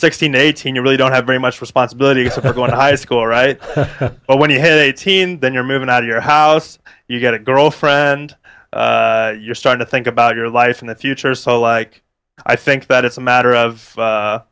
sixteen eighteen you're really don't have very much responsibility so they're going to high school right when you hit eighteen then you're moving out of your house you get a girlfriend you start to think about your life in the future so like i think that it's a matter of